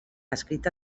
escrita